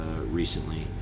recently